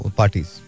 parties